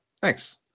Thanks